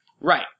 right